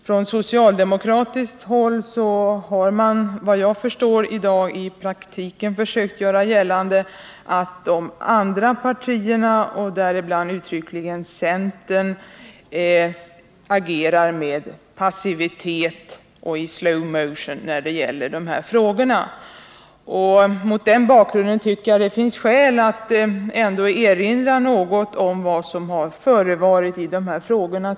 Från socialdemokratiskt håll har man i dag, såvitt jag förstår, i praktiken försökt göra gällande att de andra partierna — däribland uttryckligen centern — agerar med passivitet och i slow motion när det gäller dessa frågor. Mot den bakgrunden tycker jag att det finns skäl att erinra något om vad som tidigare förevarit i dessa frågor.